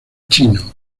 chino